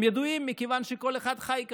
הם ידועים מכיוון שכל אחד חי כאן,